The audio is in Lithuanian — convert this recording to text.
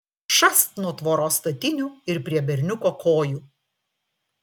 šast nuo tvoros statinių ir prie berniuko kojų